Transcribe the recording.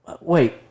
Wait